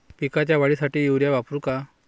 पिकाच्या वाढीसाठी युरिया वापरू का?